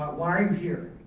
why are you here?